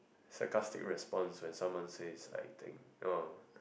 sarcastic response when someone says I think oh